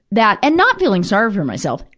that and not feeling sorry for myself.